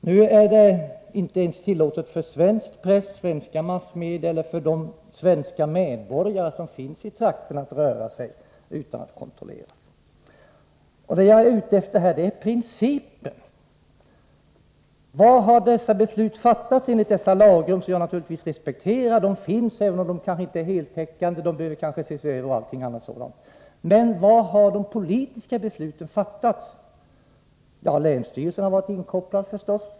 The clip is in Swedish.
Nu är det inte tillåtet ens för svenska massmedia eller för de svenska medborgare som finns i trakten att röra sig utan att kontrolleras. Vad jag är ute efter är principen: Var har besluten fattats enligt dessa lagrum, som jag naturligtvis respekterar? Det finns lagrum, även om de inte är heltäckande, som kanske behöver ses över osv. Men var har de politiska besluten fattats? Länsstyrelsen har naturligtvis varit inkopplad.